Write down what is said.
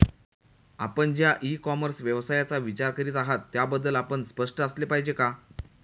आपण ज्या e commerce व्यवसायाचा विचार करीत आहात त्याबद्दल आपण स्पष्ट असले पाहिजे का?